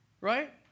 right